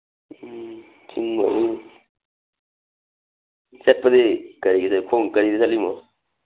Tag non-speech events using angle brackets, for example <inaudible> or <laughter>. ꯎꯝ <unintelligible> ꯆꯠꯄꯗꯤ ꯀꯩꯗ ꯆꯠꯂꯤꯝꯅꯣ